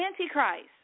antichrist